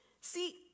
See